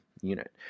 unit